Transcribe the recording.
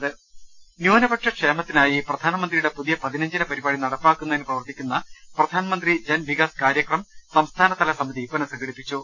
്്്്്്് ന്യൂനപക്ഷ ക്ഷേമത്തിനായി പ്രധാനമന്ത്രിയുടെ പുതിയ പതിന ഞ്ചിന പരിപാടി നടപ്പാക്കുന്നതിന് പ്രവർത്തിക്കുന്ന പ്രധാൻമന്ത്രി ജൻ വികാസ് കാര്യക്രം സംസ്ഥാനതല സമിതി പുനഃസംഘടിപ്പിച്ചു